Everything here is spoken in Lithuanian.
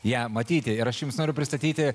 ją matyti ir aš jums noriu pristatyti